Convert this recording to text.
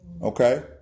Okay